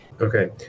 Okay